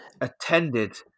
attended